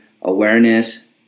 awareness